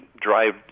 drive